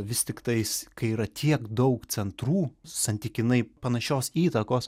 vis tiktais kai yra tiek daug centrų santykinai panašios įtakos